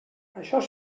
això